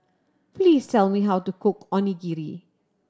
please tell me how to cook Onigiri